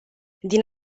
din